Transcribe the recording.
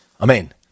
Amen